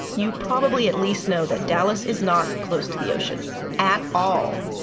you probably at least know that dallas is not close to the ocean at all.